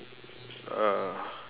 uh